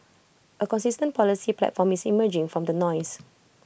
A consistent policy platform is emerging from the noise